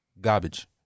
Garbage